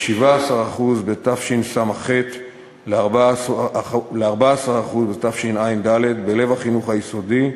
מ-17% בתשס"ח ל-14% בתשע"ד בלב החינוך היסודי,